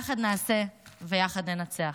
יחד נעשה ויחד ננצח.